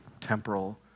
temporal